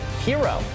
hero